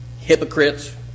hypocrites